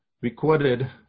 recorded